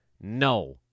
no